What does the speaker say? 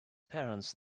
parents